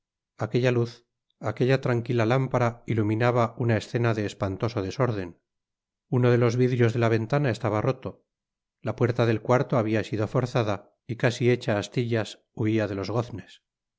aquella luz aquella tranquila lámpara iluminaba una escena de espantoso desórden uno de los vidrios de la ventana estaba roto la puerta del cuarto habia sido forzada y casi hecha astillas huia de los goznes